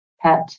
pet